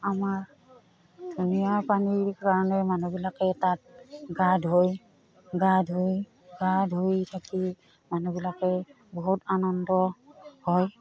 আমাৰ ধুনীয়া পানীৰ কাৰণে মানুহবিলাকে তাত গা ধুই গা ধুই গা ধুই থাকি মানুহবিলাকে বহুত আনন্দ হয়